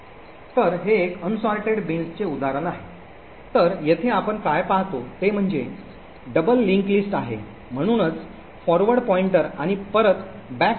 तर हे एक अनसोर्टेड बीन्स चे उदाहरण आहे तर येथे आपण काय पाहतो ते म्हणजे दुहेरी दुवा यादी आहे म्हणूनच फॉरवर्ड पॉईंटर आणि परत पॉईंटर आहेत